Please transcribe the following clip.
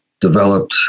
developed